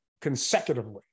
consecutively